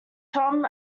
tom